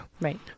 Right